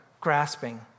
grasping